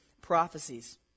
prophecies